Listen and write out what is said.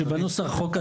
שימי לב שבנוסח החוק הזה,